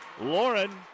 Lauren